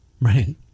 Right